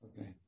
Okay